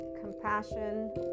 compassion